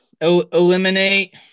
Eliminate